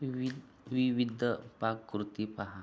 वि विविध पाककृती पहा